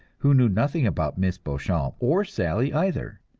who knew nothing about miss beauchamp or sally either,